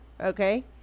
Okay